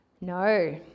No